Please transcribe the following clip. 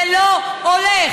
זה לא הולך.